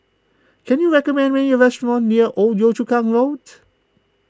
can you recommend me a restaurant near Old Yio Chu Kang Road